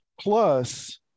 plus